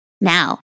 Now